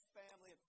family